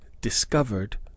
discovered